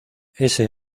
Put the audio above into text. ese